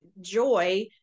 joy